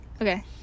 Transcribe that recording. Okay